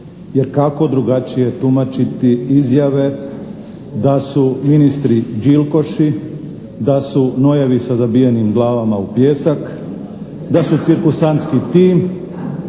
Jer kako drugačije tumačiti izjave da su ministri đilkoši, da su nojevi sa zabijenim glavama u pijesak, da su cirkusantski tim,